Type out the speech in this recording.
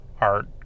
art